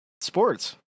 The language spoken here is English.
sports